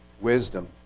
wisdom